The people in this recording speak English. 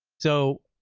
so.